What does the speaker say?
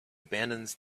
abandons